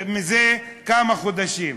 זה כמה חודשים.